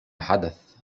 حدث